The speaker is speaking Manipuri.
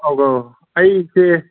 ꯑꯧ ꯑꯧ ꯑꯩꯁꯦ